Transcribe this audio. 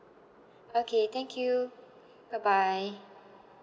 okay thank you bye bye